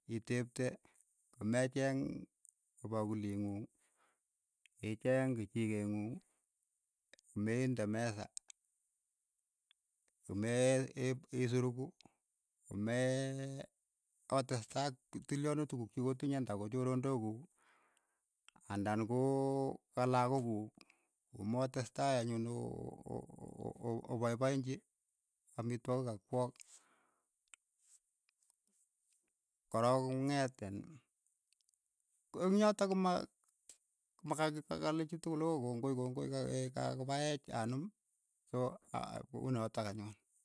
Iteepte ko me cheeng ki pakuliing'ung, icheeng kichikeet ng'ung ko mende mesa, kome ip isuruku, komee otestai ak tilyonutik kuk cho kotinye anda konyorondok kuuk, andan koo ka lakook kuk, komotestai anyun o- o- o paipaenchi amitwogik ka kwok, ko rook ko ng'et iin ko eng' yotok komaka ka- ka kale chi tukul oo kongoi kongoi ka- ka- kakopaech anom so aa unotok anyun.